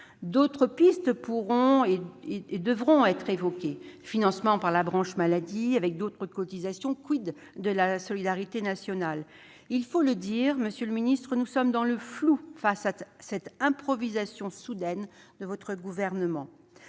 D'autres pistes devront être évoquées : financement par la branche maladie, avec d'autres cotisations ; de la solidarité nationale ? Il faut le dire, monsieur le secrétaire d'État, nous sommes dans le flou face à cette improvisation soudaine du Gouvernement.